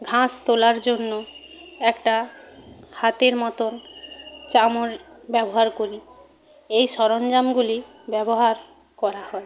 ঘাস তোলার জন্য একটা হাতের মতন চামর ব্যবহার করি এই সরঞ্জামগুলি ব্যবহার করা হয়